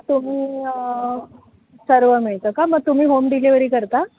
तुम्ही सर्व मिळतं का मग तुम्ही होम डिलिव्हरी करता